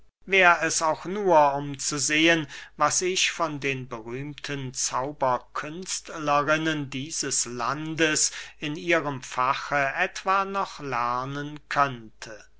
wär es auch nur um zu sehen was ich von den berühmten zauberkünstlerinnen dieses landes in ihrem fache etwa noch lernen könnte